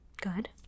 good